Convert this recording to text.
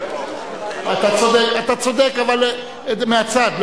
אתה צודק, אבל מהצד.